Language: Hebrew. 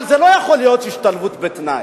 אבל זה לא יכול להיות השתלבות בתנאי.